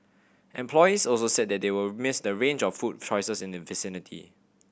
employees also said that they will miss the range of food choices in the vicinity